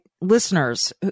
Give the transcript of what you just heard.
listeners